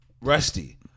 Rusty